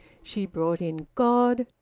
she brought in god,